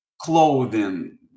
clothing